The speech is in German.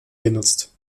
genutzt